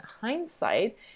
hindsight